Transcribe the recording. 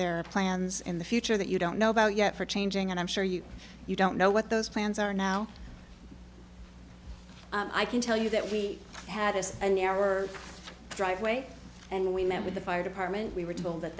are plans in the future that you don't know about yet for changing and i'm sure you you don't know what those plans are now i can tell you that we had this and never driveway and we met with the fire department we were told that